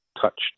touched